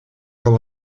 com